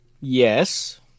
Yes